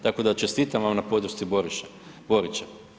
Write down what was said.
Tako da čestitam vam na podršci Borića.